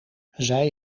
zij